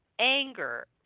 anger